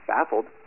Baffled